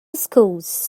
schools